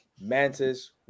Mantis